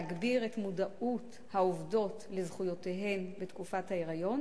להגביר את מודעות העובדות לזכויותיהן בתקופת ההיריון